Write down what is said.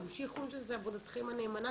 תמשיכו עם זה, זו עבודתכם הנאמנה.